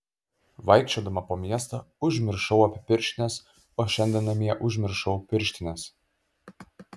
vaikščiodama po miestą užmiršau apie pirštines o šiandien namie užmiršau pirštines